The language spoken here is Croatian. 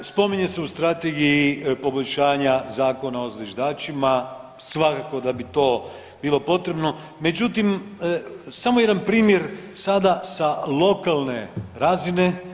Spominje se u Strategiji poboljšanja Zakona o zviždačima, svakako da bi to bilo potrebno, međutim, samo jedan primjer sada sa lokalne razine.